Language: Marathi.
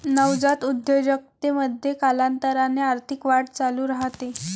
नवजात उद्योजकतेमध्ये, कालांतराने आर्थिक वाढ चालू राहते